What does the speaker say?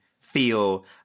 feel